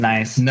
Nice